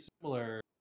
similar